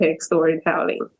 storytelling